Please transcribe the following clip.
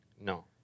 No